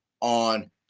on